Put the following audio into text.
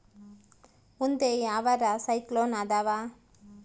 ಮುಂದೆ ಯಾವರ ಸೈಕ್ಲೋನ್ ಅದಾವ?